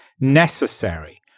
necessary